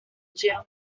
pusieron